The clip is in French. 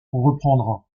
reprendra